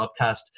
podcast